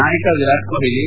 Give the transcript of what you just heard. ನಾಯಕ ವಿರಾಟ್ ಕೊಹ್ಲಿ